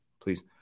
please